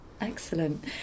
Excellent